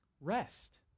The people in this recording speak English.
Rest